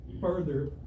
further